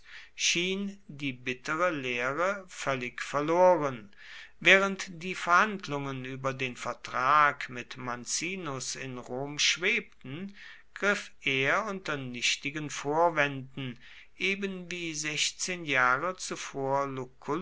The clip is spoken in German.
schien die bittere lehre völlig verloren während die verhandlungen über den vertrag mit mancinus in rom schwebten griff er unter nichtigen vorwänden eben wie sechzehn jahre zuvor